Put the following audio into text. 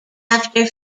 after